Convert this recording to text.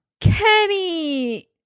Kenny